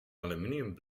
aluminium